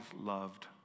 loved